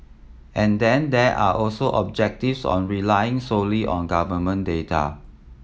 and then there are also objectives on relying solely on government data